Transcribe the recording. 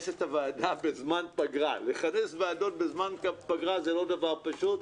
את הוועדה בזמן פגרה.' לכנס ועדות בזמן פגרה זה לא דבר פשוט,